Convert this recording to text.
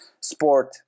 sport